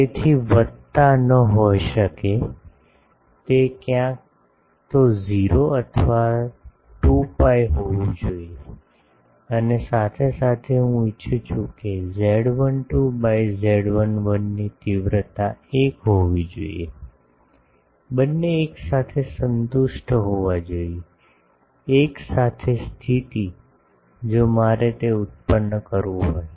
તેથી વત્તા ન હોઈ શકે તે ક્યાં તો 0 અથવા 2 પાઇ હોવું જોઈએ અને સાથે સાથે હું ઇચ્છું છું કે Z12 બાય Z11 ની તીવ્રતા 1 હોવી જોઈએ બંને એક સાથે સંતુષ્ટ હોવા જોઈએ એક સાથે સ્થિતિ જો મારે તે ઉત્પન્ન કરવું હોય